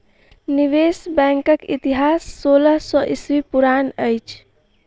निवेश बैंकक इतिहास सोलह सौ ईस्वी पुरान अछि